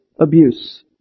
abuse